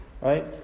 right